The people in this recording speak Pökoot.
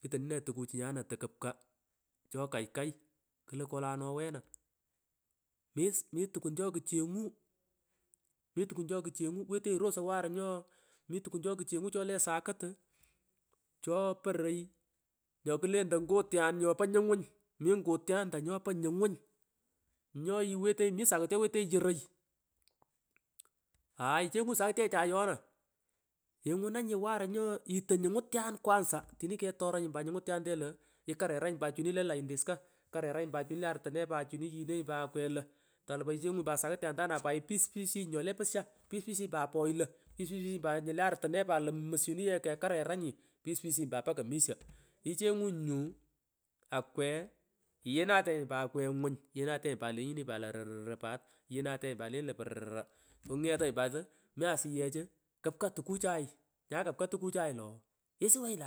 Kitonine tukuchu nyana takupka chokay kay klo kolano wena mi mi tukun chokuchengu chokuchengu imi tukwun chokuchengu waruriyo imri tukun chokuchengu chole sakutu choporoy nyokutentoi ngutwan nyopo nyunguny mi ngutwanta nyopo nyingun nyo iwetenyi mi sakut choiwetenyi yoroy mmh chengungi sakutie chay nona inguranyi warunyo ito nyungiriyan kwaza tini ketoranyi pat nyungutyante lo ikareranyi pat chini le laindis ko kareranyi chini le artune chini yienenyi pat chini le laindis ko kareranyi chini le artune pat lomus chini kekareranyi ipispishiyi pat lo mpaka misho ichenganyi nyu akweiyinatenyi akwe ng’uny pat mpaka misho ichengunyi nyu akwe iyinatenyi akwe ng’uny pat lenyini pat lenyini rurururu iyinateni pat lenyini purururu dungetanyi pat asuyehu kupka tukuchae nyi kapka tukucha lo isuwenyi lo